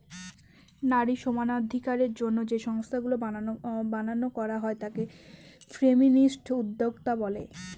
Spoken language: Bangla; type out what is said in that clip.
নারী সমানাধিকারের জন্য যে সংস্থাগুলা বানানো করা হয় তাকে ফেমিনিস্ট উদ্যোক্তা বলে